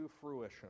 fruition